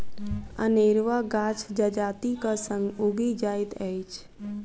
अनेरुआ गाछ जजातिक संग उगि जाइत अछि